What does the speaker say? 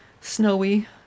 snowy